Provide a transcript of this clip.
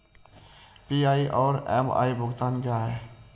PI और MI भुगतान क्या हैं?